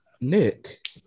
Nick